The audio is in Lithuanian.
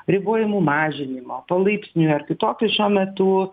ribojimų mažinimo palaipsniui ar kitokius šiuo metu